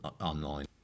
online